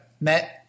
met